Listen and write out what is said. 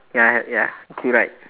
ya have ya three right